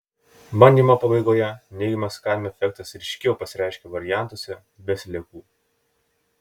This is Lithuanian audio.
bandymo pabaigoje neigiamas kadmio efektas ryškiau pasireiškė variantuose be sliekų